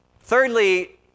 Thirdly